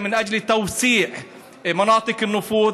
(אומר דברים בשפה הערבית,